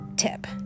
tip